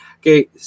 okay